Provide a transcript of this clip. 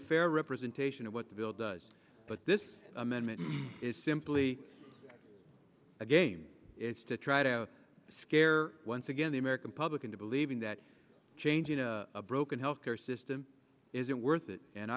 fair representation of what the bill does but this amendment is simply a game is to try to scare once again the american public into believing that changing a broken health care system isn't worth it and